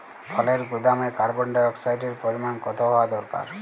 ফলের গুদামে কার্বন ডাই অক্সাইডের পরিমাণ কত হওয়া দরকার?